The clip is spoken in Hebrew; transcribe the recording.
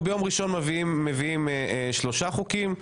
ביום ראשון מביאים שלושה חוקים: